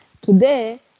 Today